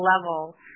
level